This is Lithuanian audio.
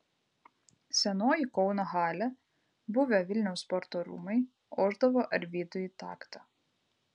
senoji kauno halė buvę vilniaus sporto rūmai ošdavo arvydui į taktą